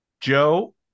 Joe